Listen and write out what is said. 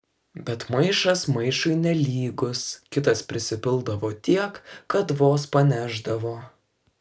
bet maišas maišui nelygus kitas prisipildavo tiek kad vos panešdavo